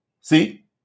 See